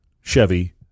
Chevy